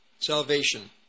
Salvation